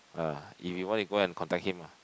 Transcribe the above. ah if you want you go and contact him lah